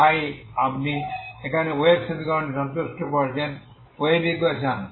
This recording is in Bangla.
তাই আপনি এখানে ওয়েভ সমীকরণগুলি সন্তুষ্ট করেছেন ওয়েভ ইকোয়েশন